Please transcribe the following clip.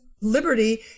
liberty